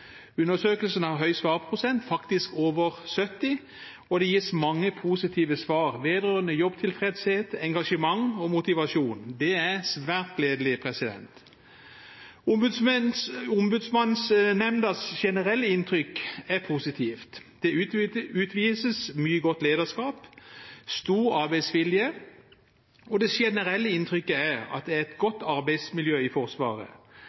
Undersøkelsen har høy svarprosent, faktisk over 70 pst., og det gis mange positive svar vedrørende jobbtilfredshet, engasjement og motivasjon. Det er svært gledelig. Ombudsmannsnemndas generelle inntrykk er positivt. Det utvises mye godt lederskap og stor arbeidsvilje, og det generelle inntrykket er at det er et godt arbeidsmiljø i Forsvaret.